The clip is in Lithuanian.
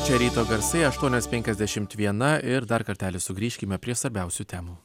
čia ryto garsai aštuonios penkiasdešimt viena ir dar kartelį sugrįžkime prie svarbiausių temų